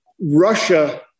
Russia